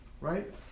right